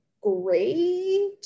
great